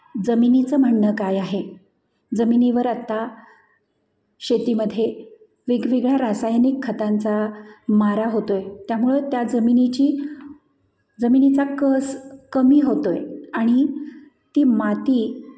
जमिनीचं म्हणणं काय आहे जमिनीवर आत्ता शेतीमध्ये वेगवेगळ्या रासायनिक खतांचा मारा होतो आहे त्यामुळे त्या जमिनीची जमिनीचा कस कमी होतो आहे आणि ती माती